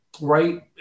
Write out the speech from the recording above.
right